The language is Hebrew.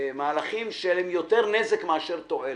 מהלכים שיוצרים יותר נזק מאשר תועלת.